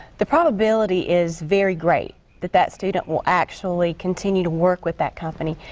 the probability is very great that that student will actually continue to work with that company.